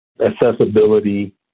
accessibility